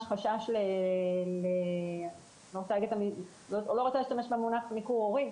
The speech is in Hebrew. חשש ל אני לא רוצה להשתמש במונח ניכור הורי,